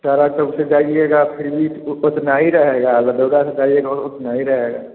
तारागढ़ से जाइएगा फिर मीट तो उतना ही रहेगा से जाएंगे तो उतना ही रहेगा